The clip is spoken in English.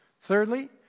Thirdly